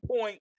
point